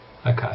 Okay